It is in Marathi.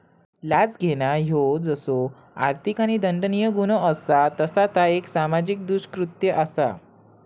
लाच घेणा ह्यो जसो आर्थिक आणि दंडनीय गुन्हो असा तसा ता एक सामाजिक दृष्कृत्य असा